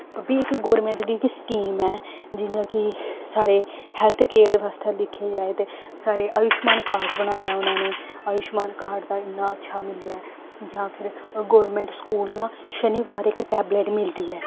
एह् बी इक गौरमैंट दी गै स्कीम ऐ जि'यां कि साढ़े हैल्थकेयर बास्तै दिक्खेआ जाए दे साढ़े आयुश्मान कार्ड बनाए ऐ उ'नां ने आयुश्मान कार्ड दा इन्ना अच्छा मिलेआ ऐ जां फिर गौरमैंट स्कूल ना शनिबार इक टैबलेट मिलदी ऐ